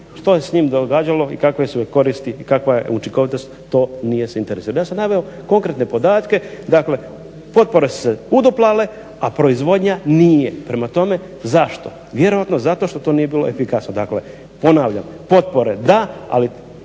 što je s njim događalo i kakve su joj koristi i kakva je učinkovitost to nije se interesiralo. Ja sam naveo konkretne podatke, dakle potpore su se uduplale a proizvodnja nije. Prema tome zašto? Vjerojatno zato što to nije bilo efikasno. Dakle, ponavljam potpore da, ali